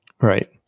Right